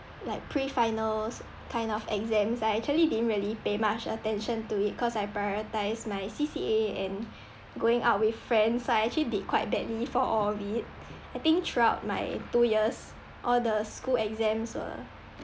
like pre-finals kind of exams I actually didn't really pay much attention to it cause I prioritise my C_C_A and going out with friends so I actually did quite badly for all of it I think throughout my two years all the school exams were